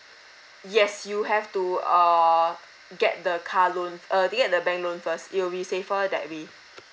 yes you have to err get the car loan uh get the bank loan first it will be safer that way